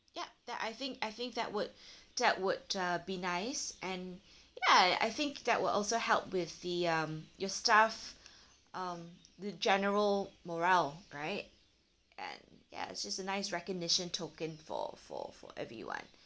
ya that I think I think that would that would uh be nice and ya I think that will also help with the um your staff um the general morale right and ya it's just a nice recognition token for for for everyone